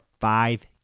five